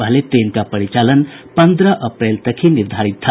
पहले इस ट्रेन का परिचालन पन्द्रह अप्रैल तक ही निर्धारित था